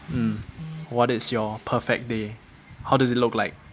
mm what is your perfect day how does it look like